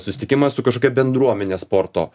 susitikimas su kažkokia bendruomene sporto